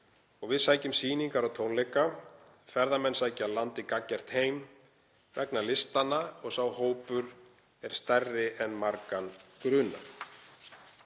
við sækjum sýningar og tónleika, ferðamenn sækja landið gagngert heim vegna listanna og sá hópur er stærri en margan grunar.